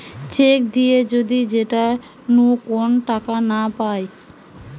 check দিয়ে যদি সেটা নু কোন টাকা না পায়